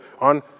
on